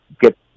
get